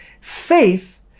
faith